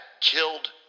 killed